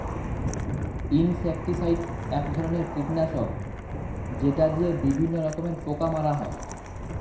insecticide এক ধরনের কীটনাশক যেটা দিয়ে বিভিন্ন রকমের পোকা মারা হয়